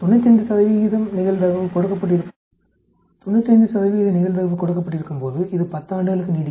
95 நிகழ்தகவு கொடுக்கப்பட்டிருக்கும்போது இது 10 ஆண்டுகளுக்கு நீடிக்குமா